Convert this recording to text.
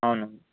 అవును